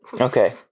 Okay